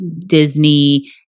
Disney